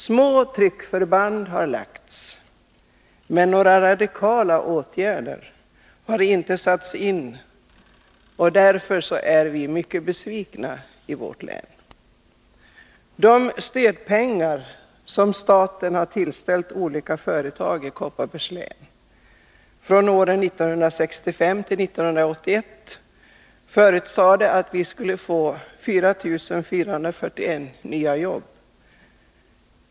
Små tryckförband har lagts, men några radikala åtgärder har inte satts in och därför är vi mycket besvikna i vårt län. De stödpengar som staten har tillställt olika företag i Kopparbergs län åren 1965-1981 förutsatte att 4 441 nya jobb skulle åstadkommas.